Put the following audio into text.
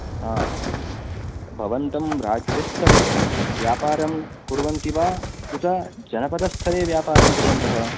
आं भवन्तं राज्यस्तरे व्यापरं कुर्वन्ति वा उत जनपदस्थरे व्यापरं कुर्वन्तः